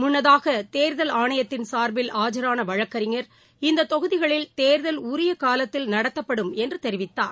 முன்னதாக தேர்தல் ஆணையத்தின் சார்பில் ஆஜரான வழக்கறிஞர் இந்தத் தொகுதிகளில் தேர்தல் உரிய காலத்தில் நடத்தப்படும் என்று தெரிவித்தார்